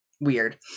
weird